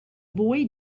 boy